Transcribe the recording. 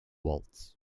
waltz